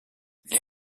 les